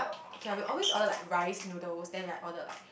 okay ah we always order like rice noodles then like order like